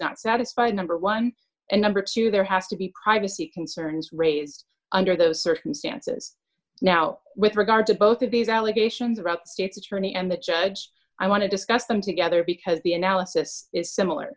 not satisfied number one and number two there has to be privacy concerns raised under those circumstances now with regard to both of these allegations about state's attorney and i want to discuss them together because the analysis is similar